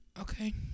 Okay